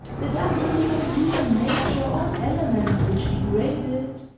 deducting from human nature all elements which degrade it,